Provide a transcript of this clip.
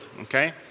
okay